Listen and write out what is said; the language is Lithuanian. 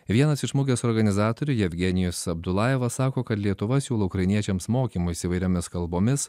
vienas iš mugės organizatorių jevgenijus abdulajevas sako kad lietuva siūlo ukrainiečiams mokymus įvairiomis kalbomis